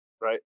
right